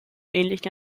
ähnlichen